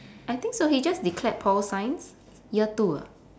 I think so he just declared pol science year two ah